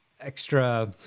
extra